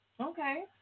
Okay